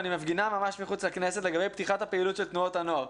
ואני מפגינה ממש מחוץ לכנסת לגבי פתיחת הפעילות של תנועות הנוער.